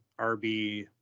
RB